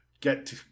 get